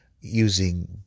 using